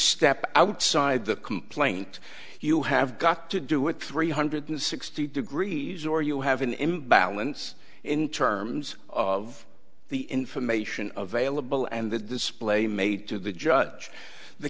step outside the complaint you have got to do it three hundred sixty degrees or you have an imbalance in terms of the information available and the display made to the judge the